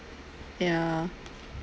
ya